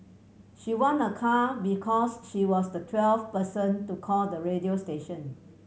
she won a car because she was the twelfth person to call the radio station